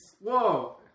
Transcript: Whoa